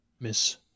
Miss